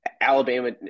Alabama